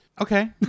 okay